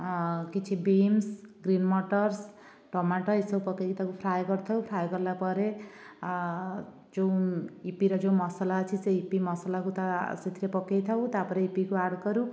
କିଛି beans green ମଟରସ୍ tomato ଏସବୁ ପକେଇ ତାକୁ ଫ୍ରାଏ କରିଥାଉ ଫ୍ରାଏ କଲାପରେ ଯୋଉ ୟିପିର ଯୋଉ ମସଲା ଅଛି ସେଇ ୟିପି ମସଲାକୁ ତା ସେଥିରେ ପକେଇଥାଉ ତା'ପରେ ୟିପିକୁ ଆଡ଼୍ କରୁ